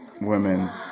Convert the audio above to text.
women